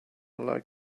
like